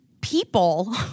people